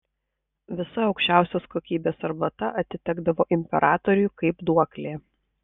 visa aukščiausios kokybės arbata atitekdavo imperatoriui kaip duoklė